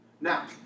Now